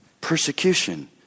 Persecution